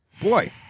Boy